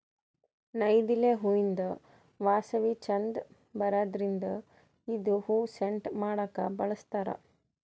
ನೈದಿಲೆ ಹೂವಿಂದ್ ವಾಸನಿ ಛಂದ್ ಬರದ್ರಿನ್ದ್ ಇದು ಹೂವಾ ಸೆಂಟ್ ಮಾಡಕ್ಕ್ ಬಳಸ್ತಾರ್